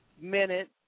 minute